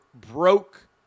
broke